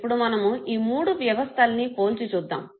ఇప్పుడు మనము ఈ మూడు వ్యవస్థల్ని పోల్చి చూద్దాము